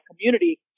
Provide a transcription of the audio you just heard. community